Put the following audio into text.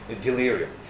delirium